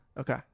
Okay